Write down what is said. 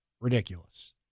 Ridiculous